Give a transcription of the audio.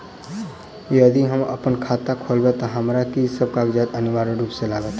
यदि हम अप्पन खाता खोलेबै तऽ हमरा की सब कागजात अनिवार्य रूप सँ लागत?